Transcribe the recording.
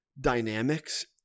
dynamics